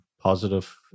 positive